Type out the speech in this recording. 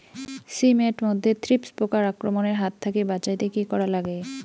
শিম এট মধ্যে থ্রিপ্স পোকার আক্রমণের হাত থাকি বাঁচাইতে কি করা লাগে?